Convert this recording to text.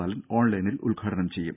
ബാലൻ ഓൺലൈനിൽ ഉദ്ഘാടനം ചെയ്യും